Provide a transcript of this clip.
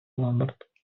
ламберт